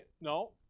No